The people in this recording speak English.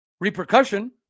repercussion